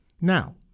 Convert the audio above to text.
now